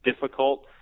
difficult